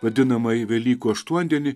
vadinamąjį velykų aštuondienį